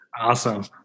awesome